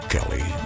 Kelly